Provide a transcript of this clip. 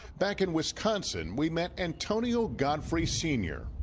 back in wisconsin, we met antonio godfrey senior.